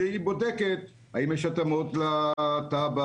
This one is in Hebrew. שבודקת האם יש התאמות לתב"ע,